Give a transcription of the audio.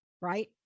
Right